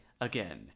again